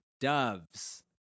doves